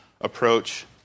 approach